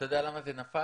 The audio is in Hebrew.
אתה יודע למה זה נפל?